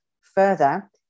further